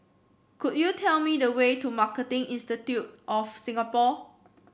could you tell me the way to Marketing Institute of Singapore